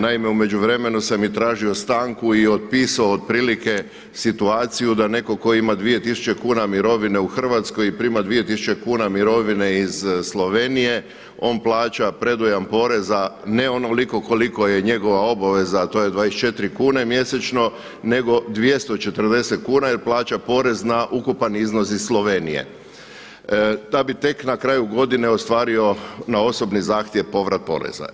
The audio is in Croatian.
Naime, u međuvremenu sam tražio stanku i otpisao otprilike situaciju da netko tko ima dvije tisuće kuna mirovine u Hrvatskoj i prima dvije tisuće kuna mirovine iz Slovenije, on plaća predujam poreza ne onoliko koliko je njegova obaveza, a to je 24 kune mjesečno nego 240 kuna jer plaća porez na ukupan iznos iz Slovenije, da bi tek na kraju godine ostvario na osobni zahtjev povrat poreza.